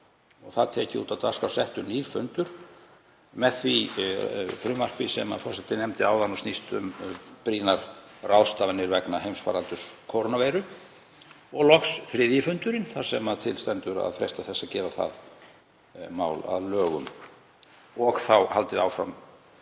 og það tekið út af dagskrá og settur nýr fundur með því frumvarpi sem forseti nefndi áðan og snýst um brýnar ráðstafanir vegna heimsfaraldurs kórónuveiru. Og loks er það þriðji fundurinn þar sem til stendur að freista þess að gera það mál að lögum og þá haldið áfram